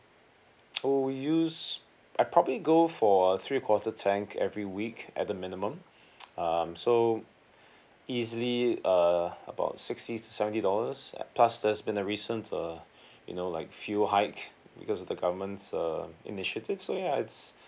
oh use I probably go for a three quarter tank every week at the minimum um so easily uh about sixty to seventy dollars plus there's been a recent err you know like fuel hike because of the government's err initiative so ya it's